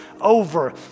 over